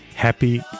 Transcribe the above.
Happy